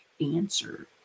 answer